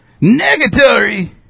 Negatory